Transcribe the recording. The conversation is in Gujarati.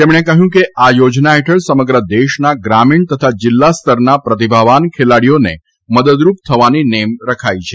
તેમણે કહ્યું કે આ થોજના હેઠળ સમગ્ર દેશના ગ્રામીણ તથા જીલ્લા સ્તરના પ્રતિભાવાન ખેલાડીઓને મદદરૂપ થવાની નેમ રખાઇ છે